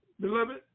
beloved